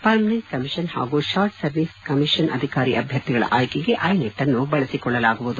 permanent commission ಹಾಗೂ short service commission ಅಧಿಕಾರಿ ಅಭ್ಯರ್ಥಿಗಳ ಆಯ್ಲೆಗೆ ಐನೆಟ್ ಅನ್ನು ಬಳಸಿಕೊಳ್ಳಲಾಗುವುದು